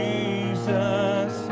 Jesus